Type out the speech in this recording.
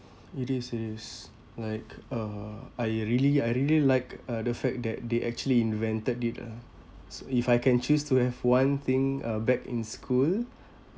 it is it is like uh I really I really like uh the fact that they actually invented it ah so if I can choose to have one thing uh back in school